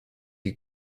you